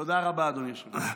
תודה רבה, אדוני היושב-ראש.